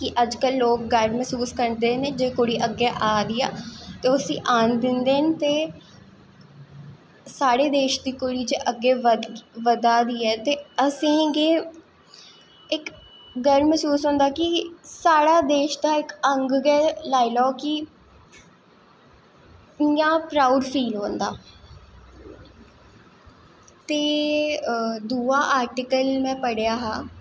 अज्ज कल लोग गर्व मैह्सूस करदे न कि कुड़ी अग्गैं आ दी ऐ ते उसी आन दिंदे न ते साढ़े देश दी जे कुड़ी अग्गैं बधा दी ऐ ते असेंगी इक गर्व मैह्सूस होंदा कि साढ़े देश दा इक अंग गै लाई लैओ कि इयां प्राउड फील होंदा ते दूआ आर्टिकल में पढ़ेआ हा